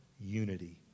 unity